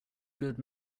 good